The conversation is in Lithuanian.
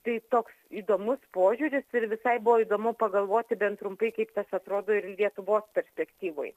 kai toks įdomus požiūris ir visai buvo įdomu pagalvoti bent trumpai kaip tas atrodo ir lietuvos perspektyvoj